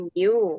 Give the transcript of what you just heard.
new